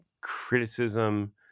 criticism